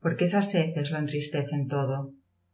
porque esas heces lo entristecen todo